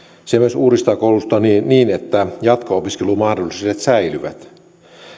se myös uudistaa koulutusta niin niin että jatko opiskelumahdollisuudet säilyvät